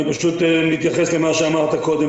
אני פשוט מתייחס למה שאמרת קודם,